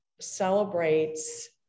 celebrates